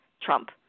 Trump